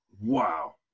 wow